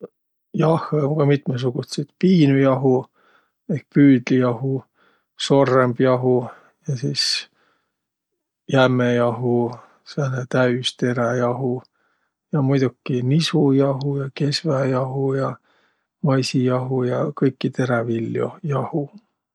Jahhõ um ka mitmõsugutsit: piinü jahu ehk püüdlijahu, sorrõmb jahu ja sis jämme jahu, sääne täüsteräjahu. Ja muidoki nisujahu ja kesvajahu ja maisijahu ja kõiki teräviljo jahu.